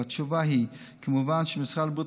והתשובה היא: כמובן שמשרד הבריאות